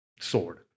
sword